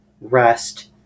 Rest